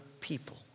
people